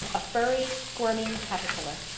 a furry, squirming caterpillar.